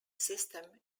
system